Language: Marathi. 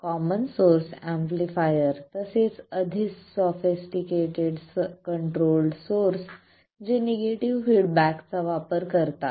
कॉमन सोर्स एम्पलीफायर तसेच अधिक सोफिस्टिकेटेड कंट्रोल्ड सोर्स जे निगेटिव्ह फिडबॅक चा वापर करतात